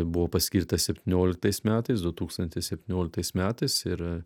buvo paskirtas septynioliktais metais du tūkstantis septynioliktais metais ir